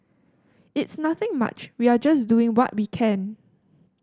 it's nothing much we are just doing what we can